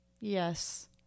Yes